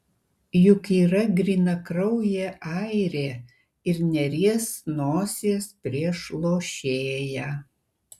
juk yra grynakraujė airė ir neries nosies prieš lošėją